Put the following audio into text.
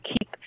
keep